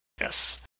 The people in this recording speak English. Yes